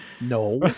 No